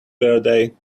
birthday